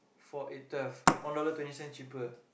four eight twelve one dollar twenty cents cheaper